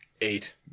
Eight